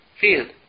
field